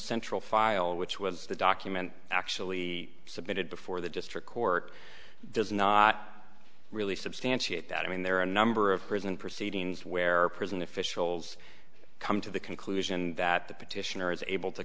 central file which was the document actually submitted before the district court does not really substantiate that i mean there are a number of prison proceedings where prison officials come to the conclusion that the petitioner is able to